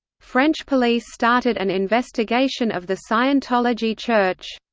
french police started an investigation of the scientology church.